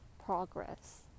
Progress